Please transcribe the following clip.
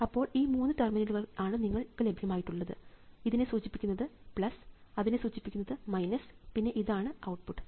അപ്പോൾ ഈ മൂന്ന് ടെർമിനലുകൾ ആണ് നിങ്ങൾക്ക് ലഭ്യമായിട്ടുള്ളത് ഇതിനെ സൂചിപ്പിക്കുന്നത് അതിനെ സൂചിപ്പിക്കുന്നത് പിന്നെ ഇതാണ് ഔട്ട്പുട്ട്